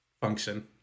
Function